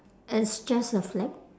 it's just a flag